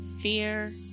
fear